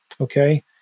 Okay